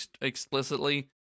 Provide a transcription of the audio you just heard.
explicitly